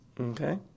okay